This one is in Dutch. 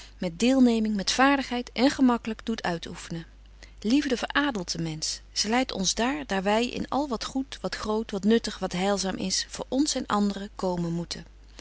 met deelneming met vaardigheid en gemaklyk doet uitoeffenen liefde veradelt den mensch zy leidt ons daar daar wy in al wat goed wat groot wat nuttig wat heilzaam is voor ons en anderen komen moeten